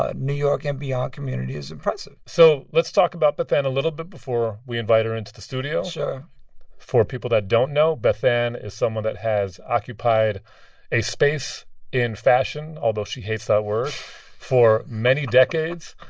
ah new york and beyond community is impressive so let's talk about bethann a little bit before we invite her into the studio sure for people that don't know, bethann is someone that has occupied a space in fashion although she hates that word for many decades.